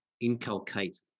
inculcate